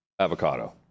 avocado